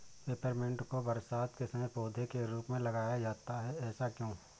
Peppermint को बरसात के समय पौधे के रूप में लगाया जाता है ऐसा क्यो?